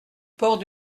port